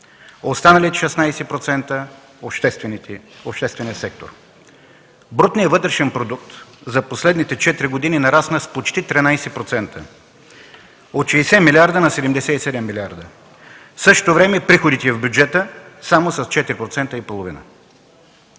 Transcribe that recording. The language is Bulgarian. Останалите 16% са в обществения сектор. Брутният вътрешен продукт за последните четири години нарасна с почти 13% – от 60 на 77 милиарда. В същото време приходите в бюджета – само с 4,5%.